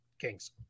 kings